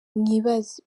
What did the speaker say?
mwibaze